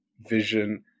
vision